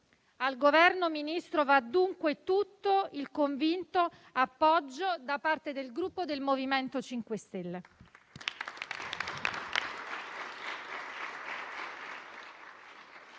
Al Governo, signor Ministro, va dunque tutto il convinto appoggio da parte del Gruppo MoVimento 5 Stelle.